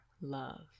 love